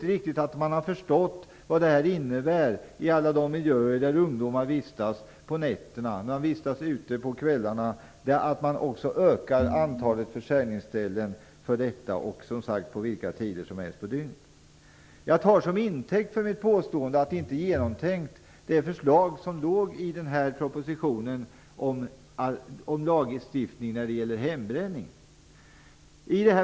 Jag tror inte att man riktigt har förstått vad det innebär i alla de miljöer där ungdomar vistas ute under kvällar och nätter att man ger tillstånd och ökar antalet försäljningstillfällen under vilka tider som helst på dygnet. Som intäkt för mitt påstående att det inte är genomtänkt tar jag förslaget i propositionen om lagstiftning gällande hembränning.